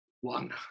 one